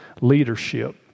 leadership